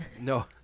No